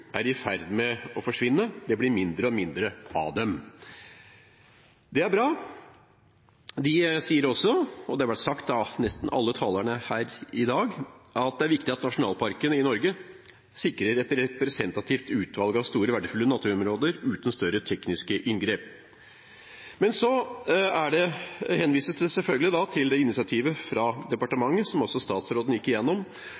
er i ferd med å forsvinne – det blir mindre og mindre av den. Det er bra. De sier også, og det er blitt sagt av nesten alle talerne her i dag, at det er viktig at nasjonalparkene i Norge sikrer et representativt utvalg av store, verdifulle naturområder uten større tekniske inngrep. Men så henvises det selvfølgelig til initiativet til